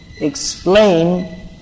explain